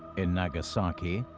in nagasaki,